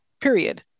period